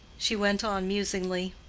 she went on musingly,